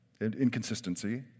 inconsistency